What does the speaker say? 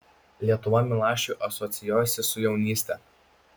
lietuva milašiui asocijuojasi su jaunyste